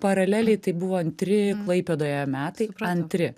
paraleliai tai buvo antri klaipėdoje metai antri